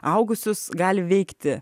augusius gali veikti